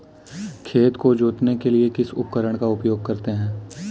खेत को जोतने के लिए किस उपकरण का उपयोग करते हैं?